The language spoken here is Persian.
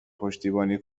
پشتیبانی